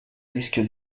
rischio